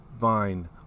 vine